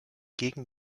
gegen